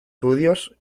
studios